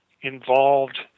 involved